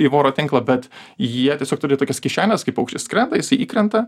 į voro tinklą bet jie tiesiog turi tokias kišenes kai paukštis skrenda jisai įkrenta